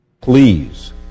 Please